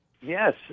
Yes